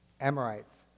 Amorites